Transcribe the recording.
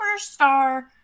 superstar